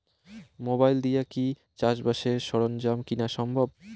Mobile দিয়া কি চাষবাসের সরঞ্জাম কিনা সম্ভব?